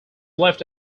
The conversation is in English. left